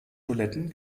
toiletten